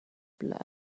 blood